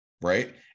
right